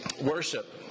Worship